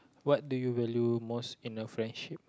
what do you value most in a friendship